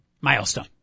milestone